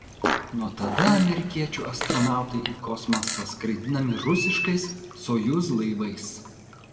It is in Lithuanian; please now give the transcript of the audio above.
nuo tada amerikiečių astronautai į kosmosą skraidinami rusiškais sojuz laivais